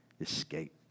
escape